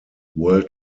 world